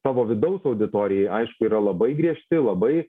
savo vidaus auditorijai aišku yra labai griežti labai